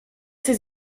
ses